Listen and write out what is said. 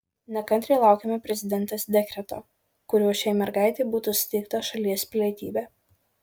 nekantriai laukiame prezidentės dekreto kuriuo šiai mergaitei būtų suteikta šalies pilietybė